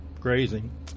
grazing